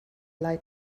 light